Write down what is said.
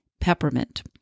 peppermint